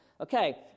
Okay